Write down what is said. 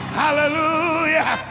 hallelujah